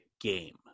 game